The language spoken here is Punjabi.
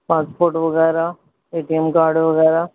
ਪਾਸਪੋਰਟ ਵਗੈਰਾ ਏ ਟੀ ਐੱਮ ਕਾਰਡ ਵਗੈਰਾ